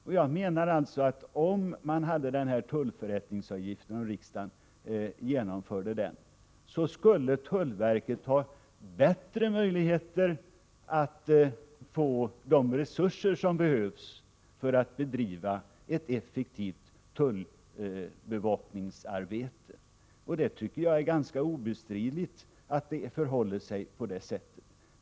Om riksdagen beslutar om dessa tullförrättningsavgifter, får tullverket de resurser som behövs för att verket skall kunna bedriva ett effektivt tullbevakningsarbete. Det är ganska obestridligt att det förhåller sig på det sättet.